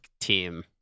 team